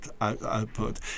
output